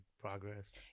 progress